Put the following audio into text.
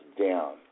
down